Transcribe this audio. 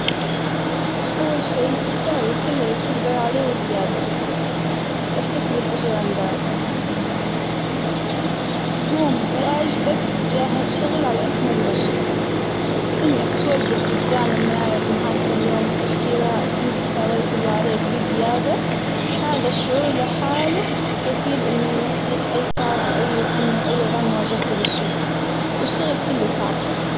أول شي تساوي كل اللى تقدر عليه وزيادة، واحتسب الأجر عند ربك ، قوم بواجبك تجاه الشغل على أكمل وجه ، إنك توقف قدام المراية بنهاية اليوم وتحكلها انت سويت اللي عليك بزيادة ، هذا الشعور لحاله كفيل أنه ينسيك اي تعب واي هم واى غم واجهته بالشغل والشغل كله تعب اصلاً.